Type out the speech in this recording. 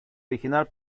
original